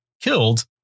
killed